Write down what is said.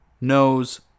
knows